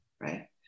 right